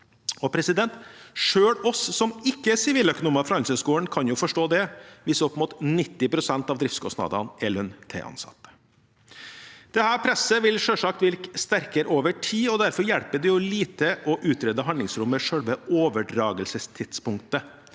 og bemanning. Selv oss som ikke er siviløkonomer fra Handelshøyskolen, kan jo forstå det, hvis opp mot 90 pst. av driftskostnadene er lønn til ansatte. Dette presset vil selvsagt virke sterkere over tid, og derfor hjelper det lite å utrede handlingsrommet i selve overdragelsestidspunktet.